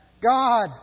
God